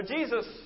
Jesus